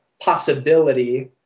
possibility